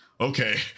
okay